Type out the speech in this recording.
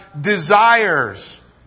desires